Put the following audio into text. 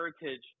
Heritage